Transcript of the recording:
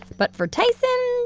but for tyson,